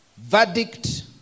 verdict